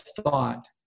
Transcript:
thought